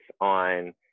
on